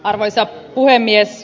arvoisa puhemies